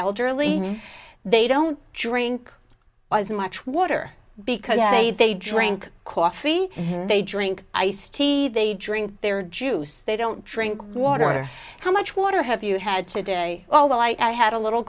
elderly they don't drink as much water because they they drink coffee they drink iced tea they drink their juice they don't drink water how much water have you had today although i had a little